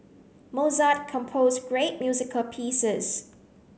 Mozart composed great musical pieces